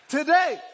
Today